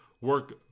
work